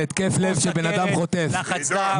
קרדיו הוא הדבר הראשון.